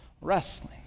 wrestling